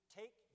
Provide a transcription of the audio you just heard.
take